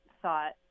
thought